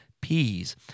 peas